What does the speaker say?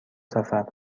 سفر